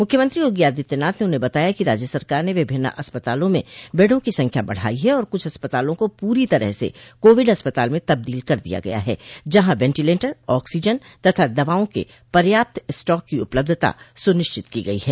मुख्यमंत्री योगी आदित्यनाथ ने उन्हें बताया कि राज्य सरकार ने विभिन्न अस्पतालों में बेडो की संख्या बढ़ाई है और कुछ अस्पतालों को पूरी तरह से कोविड अस्पताल में तब्दील कर दिया गया है जहां वेंटीलेटर ऑक्सीजन तथा दवाओं के पर्याप्त स्टॉक की उपलब्धता सुनिश्चित की गई है